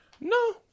No